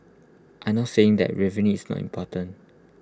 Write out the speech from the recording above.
I am not saying that revenue is not important